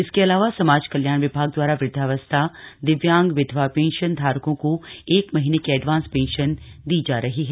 इसके अलावा समाज कल्याण विभाग द्वारा वृद्दावस्था दिव्यांग विधवा पेंशन धारकों को एक महीने की एडवांस पेंशन दी जा रही है